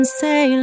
say